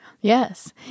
Yes